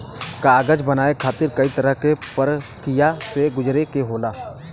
कागज बनाये खातिर कई तरह क परकिया से गुजरे के होला